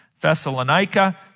Thessalonica